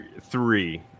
three